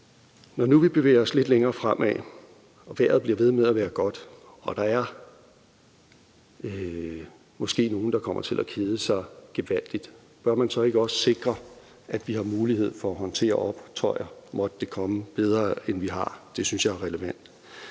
når nu vi bevæger os lidt længere fremad og vejret bliver ved med at være godt og der måske er nogle, der kommer til at kede sig gevaldigt, så bør man også sikre sig, at vi har bedre muligheder for at håndtere optøjer – måtte de komme – end vi har. Det synes jeg er relevant.